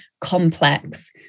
complex